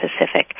Pacific